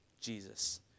Jesus